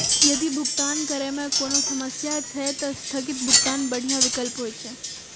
यदि भुगतान करै मे कोनो समस्या छै, ते स्थगित भुगतान बढ़िया विकल्प होइ छै